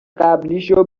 قبلیشو